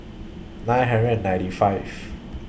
nine hundred and ninety five